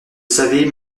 savez